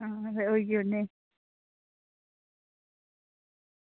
हां ते होई औन्ने आं